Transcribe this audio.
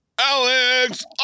Alex